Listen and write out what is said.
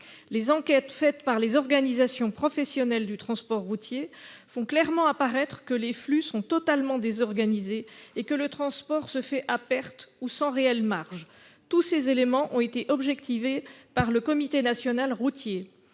Les enquêtes conduites par les organisations professionnelles du transport routier démontrent clairement que les flux sont totalement désorganisés et que le transport se fait à perte ou sans réelle marge. Tous ces éléments ont été objectivés par le Comité national routier.